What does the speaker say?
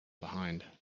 behind